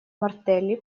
мартелли